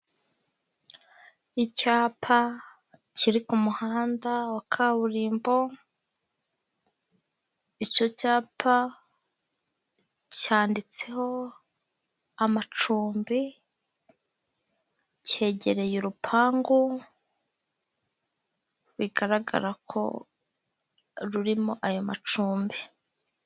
Icyapa kiri ku muhanda wa kaburimbo, icyo cyapa cyanditseho amacumbi cyegereye urupangu bigaragara ko rurimo ayo macumbi.